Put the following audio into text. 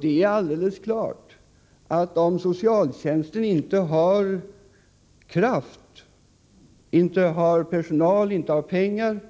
Det är alldeles klart att om socialtjänsten inte har kraft, personal eller pengar